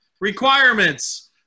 requirements